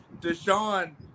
Deshaun